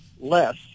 less